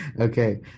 Okay